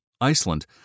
Iceland